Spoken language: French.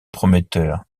prometteur